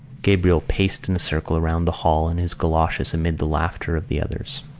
gabriel paced in a circle round the hall in his goloshes amid the laughter of the others.